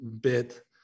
bit